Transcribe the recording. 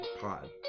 pod